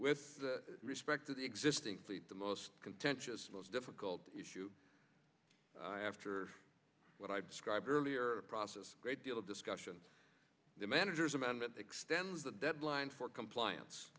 with respect to the existing fleet the most contentious most difficult issue after what i described earlier process great deal of discussion the manager's amendment extends the deadline for compliance